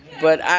but